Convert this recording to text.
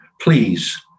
Please